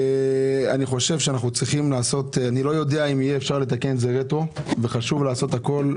אני לא יודע אם אפשר יהיה לתקן את זה רטרואקטיבית אבל חשוב לעשות הכול.